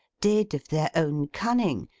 did of their own cunning,